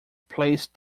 placed